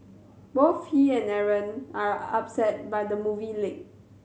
both he and Aaron are upset by the movie leak